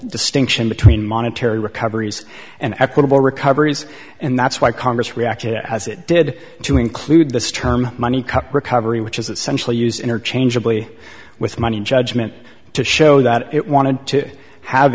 distinction between monetary recoveries and equitable recoveries and that's why congress reacted as it did to include this term money recovery which is essentially used interchangeably with money judgment to show that it wanted to have